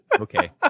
Okay